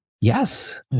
Yes